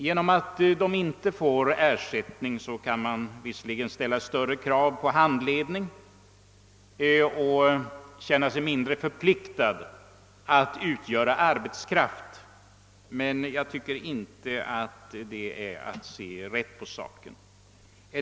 Genom att de socionomstuderande inte får ersättning kan de visserligen ställa större krav på handledning under praktikutbildningen och känna sig mindre förpliktade att utgöra arbetskraft, men jag tycker inte att detta är ett riktigt sätt att se på saken.